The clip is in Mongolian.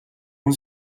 хүн